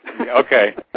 Okay